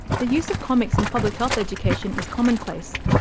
the use of comics in public health education is commonplace,